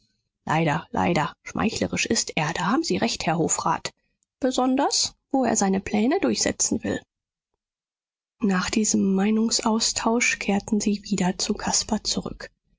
leider leider schmeichlerisch ist er da haben sie recht herr hofrat besonders wo er seine pläne durchsetzen will nach diesem meinungsaustausch kehrten sie wieder zu caspar zurück